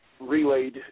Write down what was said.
relayed